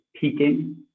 peaking